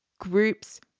groups